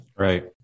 Right